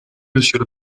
monsieur